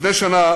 לפני שנה